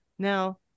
Now